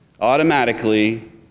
automatically